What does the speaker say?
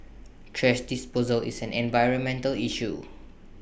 thrash disposal is an environmental issue